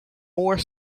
more